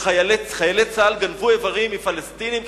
שחיילי צה"ל גנבו איברים מפלסטינים,